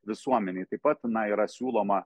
visuomenei taip pat na yra siūloma